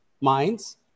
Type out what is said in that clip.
minds